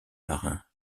marin